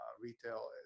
retail